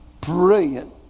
brilliant